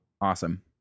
Awesome